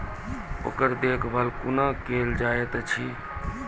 ओकर देखभाल कुना केल जायत अछि?